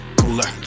cooler